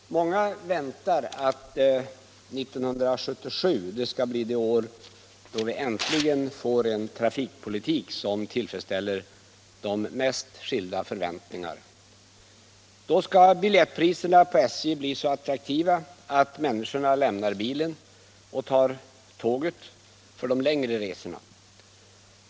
Herr talman! Många väntar sig att 1977 skall bli det år då vi äntligen får en trafikpolitik som tillfredsställer de mest skilda förhoppningar. Då skall biljettpriserna på SJ bli så attraktiva att människorna lämnar bilen och tar tåget för de längre resorna.